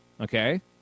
okay